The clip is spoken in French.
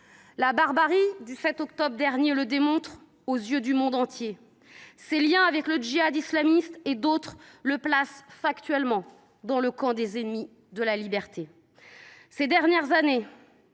la barbarie du 7 octobre dernier le démontre aux yeux du monde entier. Ses liens avec le Djihad islamique et d’autres organisations le placent factuellement dans le camp des ennemis de la liberté. Ces dernières années,